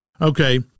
Okay